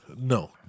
No